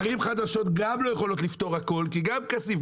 ערים חדשות גם לא יכולות לפתור הכל כי גם כסיף,